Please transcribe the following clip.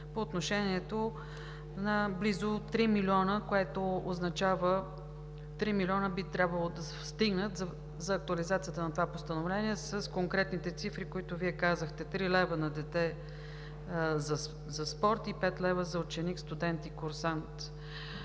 по отношение на близо 3 млн. лв. Три милиона лева би трябвало да стигнат за актуализацията на това постановление с конкретните цифри, които Вие казахте – 3 лв. на дете за спорт и 5 лв. за ученик, студент и курсант.